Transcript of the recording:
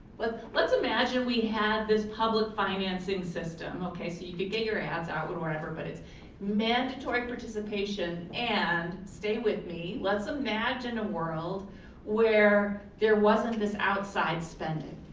but let's imagine we had this public financing system, okay? so you could get your ads out or whatever but it's mandatory participation and, stay with me, let's imagine a world where there wasn't this outside spending.